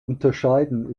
unterscheiden